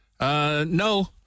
No